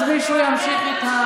אז מישהו ימשיך את,